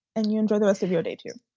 and you enjoy the rest of your day to